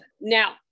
Now